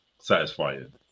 satisfying